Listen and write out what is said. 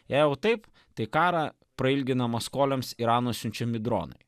jei taip tai karą prailgina maskoliams irano siunčiami dronai